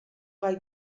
gai